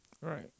Right